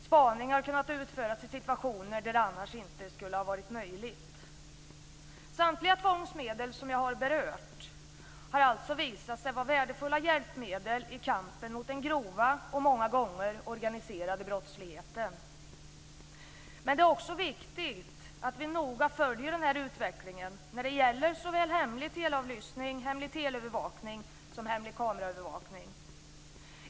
Spaning har kunnat utföras i situationer där det annars inte skulle ha varit möjligt att utföra spaning. Samtliga tvångsmedel som jag har berört har alltså visat sig vara värdefulla hjälpmedel i kampen mot den grova och många gånger organiserade brottsligheten. Men det är också viktigt att vi noga följer utvecklingen när det gäller såväl hemlig teleavlyssning som hemlig teleövervakning och hemlig kameraövervakning.